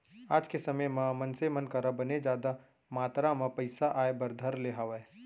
आज के समे म मनसे मन करा बने जादा मातरा म पइसा आय बर धर ले हावय